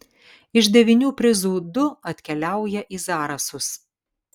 iš devynių prizų du atkeliauja į zarasus